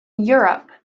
europe